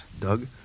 Doug